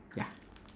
ya